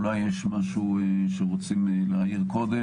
אולי יש משהו שרוצים להעיר קודם.